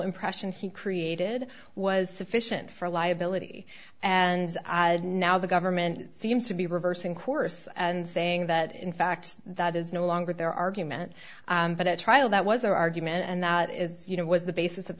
impression he created was sufficient for liability and now the government seems to be reversing course and saying that in fact that is no longer their argument but at trial that was their argument and that is you know was the basis of